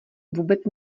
vůbec